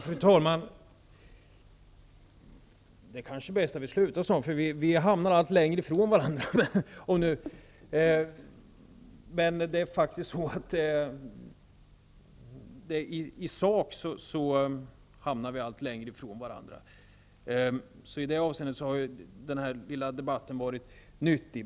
Fru talman! Det kanske är bäst att vi slutar snart, för vi hamnar faktiskt allt längre från varandra i sak. I det avseendet har den här lilla debatten varit nyttig.